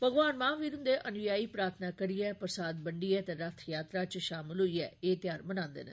भगवान महावीर हुन्दे अनुयायी प्रार्थना करियै प्रसाद बण्डियै ते रथ यात्रा इच शामल होईयै एह् त्यौहार मनान्दे न